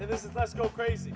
this is crazy